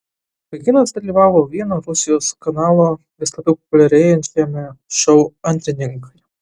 vaikinas dalyvavo vieno rusijos kanalo vis labiau populiarėjančiame šou antrininkai